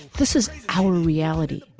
this is our reality.